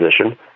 position